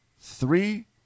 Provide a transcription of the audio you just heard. three